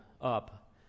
up